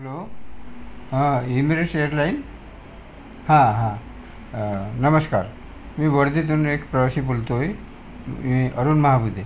hello हां Emirates airline हां हां नमस्कार मी वर्धेतून एक प्रवासी बोलतो आहे मी अरुण महाबुद्धे